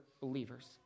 believers